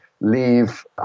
leave